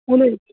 उलय